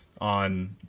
on